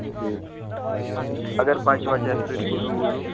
ٹھیٖک اَگر بَچہٕ وَچہٕ آسہِ سٍتۍ ہُو زوٗ وزُو